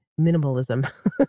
minimalism